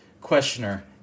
questioner